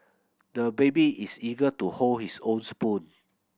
the baby is eager to hold his own spoon